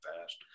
fast